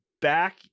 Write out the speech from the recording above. back